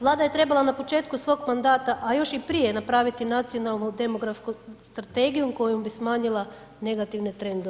Vlada je trebala na početku svog mandata, a još i prije napraviti nacionalnu demografsku strategiju kojom bi smanjila negativne trendove.